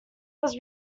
was